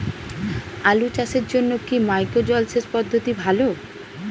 আলু চাষের জন্য কি মাইক্রো জলসেচ পদ্ধতি ভালো?